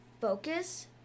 focus